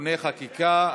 (תיקוני חקיקה),